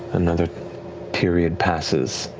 another period passes,